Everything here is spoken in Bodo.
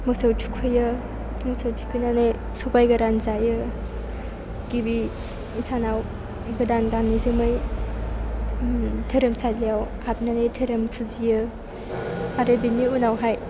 मोसौ थुखैयो मोसौ थुखैनानै सबाइ गोरान जायो गिबि सानाव गोदान गानै जोमै धोरोमसालियाव हाबनानै धोरोम फुजियो आरो बेनि उनावहाय